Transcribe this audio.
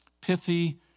pithy